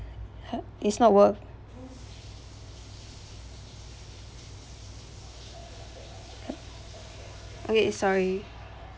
uh is not worth okay sorry